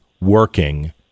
working